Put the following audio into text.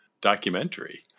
documentary